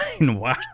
wow